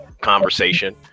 conversation